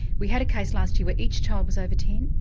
we had a case last year where each child was over ten.